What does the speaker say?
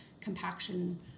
compaction